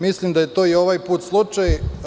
Mislim da je to i ovaj put slučaj.